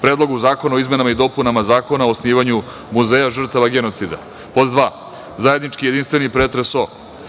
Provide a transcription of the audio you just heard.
Predlogu zakona o izmenama i dopunama Zakona o osnivanju Muzeja žrtava genocida; Zajednički jedinstveni pretres